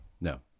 No